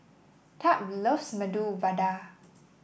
Tab loves Medu Vada